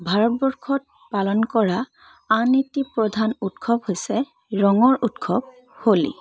ভাৰতবৰ্ষত পালন কৰা আন এটি প্ৰধান উৎসৱ হৈছে ৰঙৰ উৎসৱ হোলী